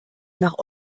nach